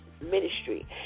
Ministry